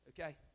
okay